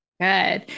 good